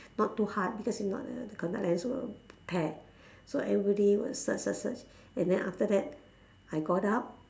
not too hard because if not the the contact lens will tear so everybody was search search search and then after that I got up